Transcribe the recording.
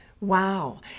Wow